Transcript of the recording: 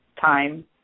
time